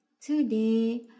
Today